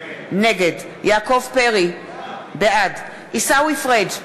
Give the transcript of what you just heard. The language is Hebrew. נגד יעקב פרי, בעד עיסאווי פריג'